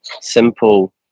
simple